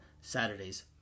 Saturday's